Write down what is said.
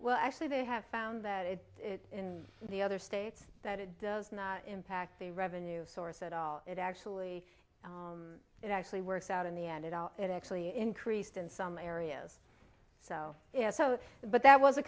well actually they have found that in the other states that it does not impact the revenue source at all it actually it actually works out in the end it all it actually increased in some areas so you know so but that was a